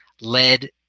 led